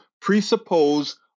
presuppose